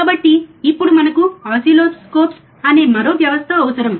కాబట్టి ఇప్పుడు మనకు ఓసిల్లోస్కోప్స్ అనే మరో వ్యవస్థ అవసరం